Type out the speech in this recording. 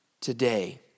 today